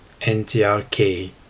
NTRK